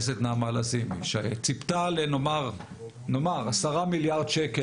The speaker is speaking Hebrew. והיא ציפתה להכנסות של 10 מיליארד שקל